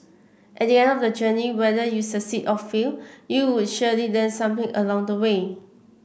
at the end of the journey whether you succeed or fail you would surely learn something along the way